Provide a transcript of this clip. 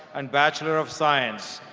and bachelor of science.